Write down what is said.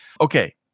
Okay